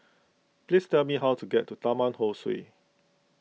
please tell me how to get to Taman Ho Swee